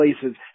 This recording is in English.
places